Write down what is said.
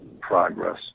progress